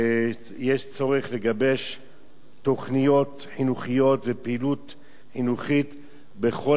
יש צורך לגבש תוכניות חינוכיות ופעילות חינוכית בכל